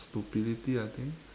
stupidity I think